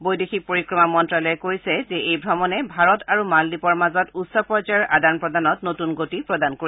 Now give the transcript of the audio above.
বৈদেশিক পৰিক্ৰমা মন্তালয়ে কৈছে যে এই ভ্ৰমণে ভাৰত আৰু মালদ্বীপৰ মাজত উচ্চ পৰ্যায়ৰ আদান প্ৰদানত নতুন গতি প্ৰদান কৰিব